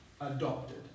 adopted